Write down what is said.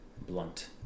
blunt